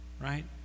right